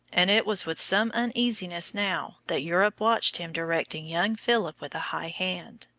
and it was with some uneasiness now that europe watched him directing young philip with a high hand.